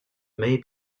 may